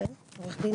עורך דין